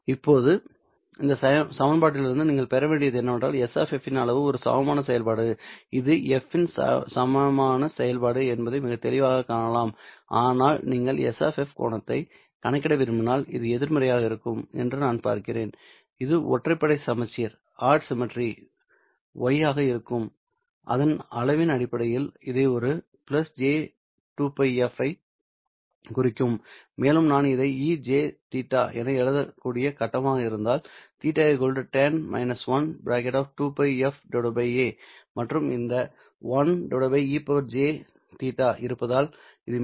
இப்போது இந்த சமன்பாட்டிலிருந்து நீங்கள் பெற வேண்டியது என்னவென்றால் S இன் அளவு ஒரு சமமான செயல்பாடு இது f இன் சமமான செயல்பாடு என்பதை மிகத் தெளிவாகக் காணலாம் ஆனால் நீங்கள் S கோணத்தைக் கணக்கிட விரும்பினால் இது எதிர்மறையாக இருக்கும் என்று நான் பார்க்கிறேன் இது ஒற்றைப்படை சமச்சீர் y ஆக இருக்கும் அதன் அளவின் அடிப்படையில் இதை ஒரு j2Πf ஐக் குறிக்கும் மேலும் நான் இதை ejθ என எழுதக்கூடிய கட்டமாக இருந்தால் θ tan -1 2Πf a மற்றும் இந்த 1 ejθ இருப்பதால் இது மேலே சென்று e jθ ஆக மாறும்